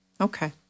okay